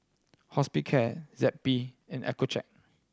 Hospicare Zappy and Accucheck